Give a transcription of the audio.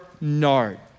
nard